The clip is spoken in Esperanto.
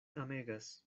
amegas